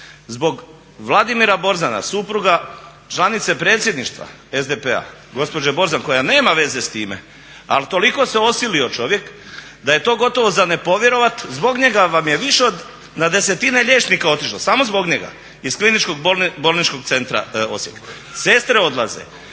zbog Vladimira Borzana, supruga članice Predsjedništva SDP-a gospođe Borzan koja nema veze s time, ali toliko se osilio čovjek, da je to gotovo za ne povjerovati. Zbog njega vam je više od na desetine liječnika otišlo samo zbog njega iz kliničkog bolničkog centra Osijek. Sestre odlaze.